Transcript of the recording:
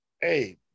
Hey